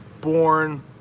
born